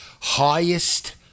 highest